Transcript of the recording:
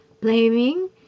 blaming